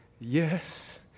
Yes